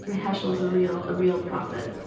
heschel's a real real prophet